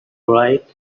right